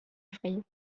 effrayée